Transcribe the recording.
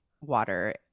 water